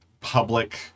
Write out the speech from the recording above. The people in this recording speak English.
public